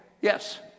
Yes